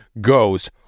goes